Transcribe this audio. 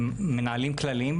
לארג'ים.